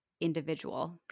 individual